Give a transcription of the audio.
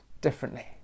differently